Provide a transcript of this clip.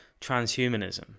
transhumanism